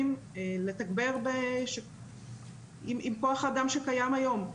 לתגבר עם כח האדם שקיים היום.